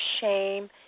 shame